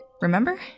Remember